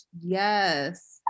yes